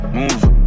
Move